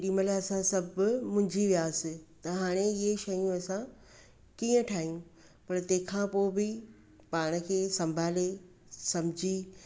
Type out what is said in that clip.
तेॾी महिल असां सभु मुंझी वियासीं त हाणे इहे शयूं असां कीअं ठाहियूं पर तंहिंखां पोइ बि पाण खे संभाले सम्झी